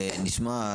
אחר.